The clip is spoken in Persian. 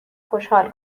خوشحال